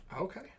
Okay